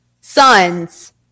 son's